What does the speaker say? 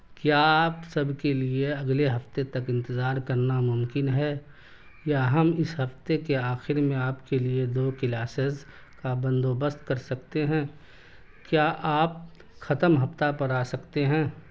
کیا آپ سب کے لیے اگلے ہفتے تک انتظار کرنا ممکن ہے یا ہم اس ہفتے کے آخر میں آپ کے لیے دو کلاسز کا بندوبست کر سکتے ہیں کیا آپ ختم ہفتہ پر آ سکتے ہیں